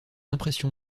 impression